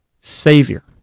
Savior